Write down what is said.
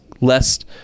less